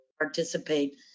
participate